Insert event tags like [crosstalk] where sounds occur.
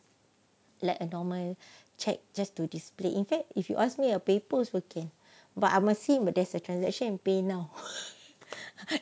like a normal cheque just to display in fact if you ask me a paper also okay but mesti there's a transaction and PayNow [laughs]